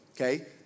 Okay